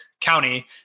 County